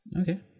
Okay